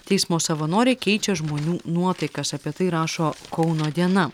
teismo savanoriai keičia žmonių nuotaikas apie tai rašo kauno diena